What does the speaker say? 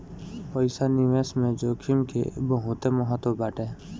पईसा निवेश में जोखिम के बहुते महत्व बाटे